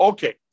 Okay